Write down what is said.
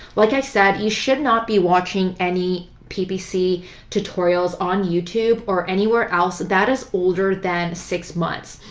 like i said, you should not be watching any ppc tutorials on youtube or anywhere else that is older than six months.